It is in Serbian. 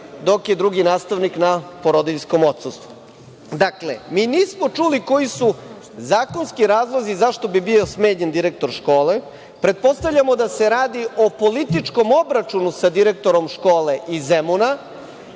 dok je drugi nastavnik na porodiljskom odsustvu. Dakle, mi nismo čuli koji su zakonski razlozi zašto bi bio smenjen direktor škole. Pretpostavljamo da se radi o političkom obračunu sa direktorom škole iz Zemuna,